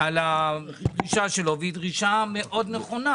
על הדרישה שלו, והיא דרישה מאוד נכונה,